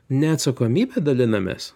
ne atsakomybe dalinamės